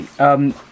Okay